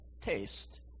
taste